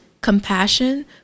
compassion